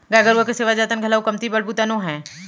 गाय गरूवा के सेवा जतन ह घलौ कमती बड़ बूता नो हय